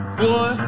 boy